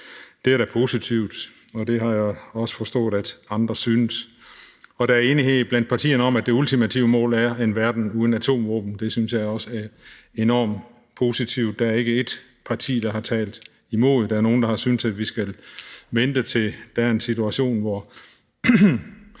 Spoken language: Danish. Det er da positivt, og det har jeg også forstået at andre synes. Der er enighed blandt partierne om, at det ultimative mål er en verden uden atomvåben, og det synes jeg også er enormt positivt. Der er ikke ét parti, der har talt imod. Der er nogle, der har syntes, at vi skal vente, til der er en situation, hvor